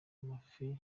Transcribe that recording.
amafi